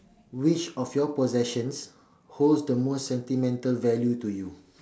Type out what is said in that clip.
which of your possessions holds the most sentimental value to you